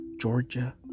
Georgia